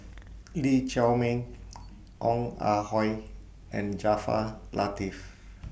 Lee Chiaw Meng Ong Ah Hoi and Jaafar Latiff